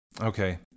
Okay